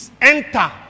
Enter